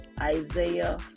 Isaiah